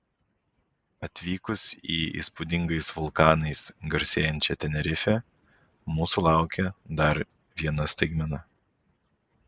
atvykus į įspūdingais vulkanais garsėjančią tenerifę mūsų laukė dar viena staigmena